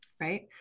Right